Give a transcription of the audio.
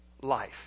life